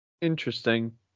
Interesting